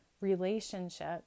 relationship